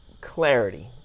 clarity